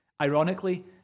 ironically